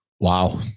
Wow